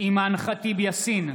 אימאן ח'טיב יאסין,